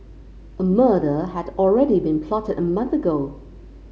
a murder had already been plotted a month ago